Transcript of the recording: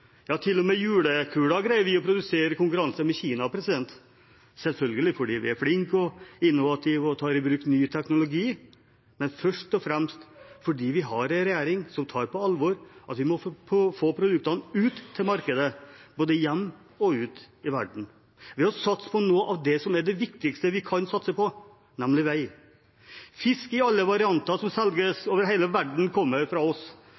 Ja, til og med julekuler greier vi å produsere i konkurranse med Kina – selvfølgelig fordi vi er flinke, innovative og tar i bruk ny teknologi, men først og fremst fordi vi har en regjering som tar på alvor at vi må få produktene ut til markedet, både hjemme og ute i verden, ved å satse på noe av det som er det viktigste vi kan satse på, nemlig vei. Fisk i alle varianter, som selges over hele verden, kommer fra oss.